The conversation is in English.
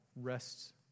rests